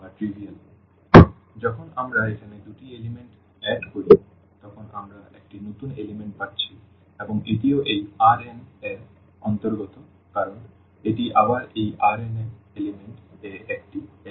সুতরাং যখন আমরা এখানে দুটি উপাদান যোগ করি তখন আমরা একটি নতুন উপাদান পাচ্ছি এবং এটিও এই Rn এর অন্তর্গত কারণ এটি আবার এই Rn এ উপাদান এ একটি উপাদান